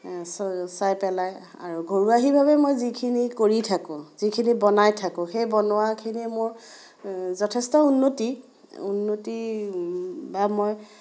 চাই পেলাই আৰু ঘৰুৱা ভাৱে মই যিখিনি কৰি থাকোঁ যিখিনি বনাই থাকোঁ সেই বনোৱাখিনি মোৰ যথেষ্ট উন্নতি উন্নতি বা মই